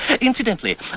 Incidentally